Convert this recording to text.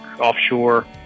offshore